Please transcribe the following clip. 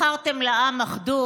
מכרתם לעם אחדות,